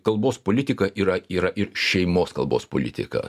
kalbos politika yra yra ir šeimos kalbos politika